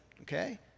okay